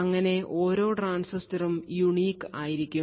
അങ്ങനെ ഓരോ ട്രാൻസിസ്റ്ററും unique ആയിരിക്കും